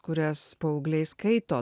kurias paaugliai skaito